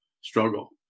struggle